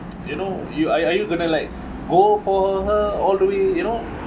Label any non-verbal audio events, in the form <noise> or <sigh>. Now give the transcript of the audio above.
<noise> you know you are are you gonna like go for her all the way you know